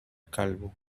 calvo